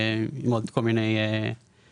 עם עוד כל מיני חריגים.